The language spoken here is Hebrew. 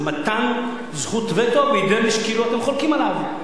זה מתן זכות וטו בידי מי שאתם כאילו חולקים עליו.